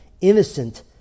innocent